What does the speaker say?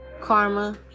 karma